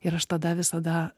ir aš tada visada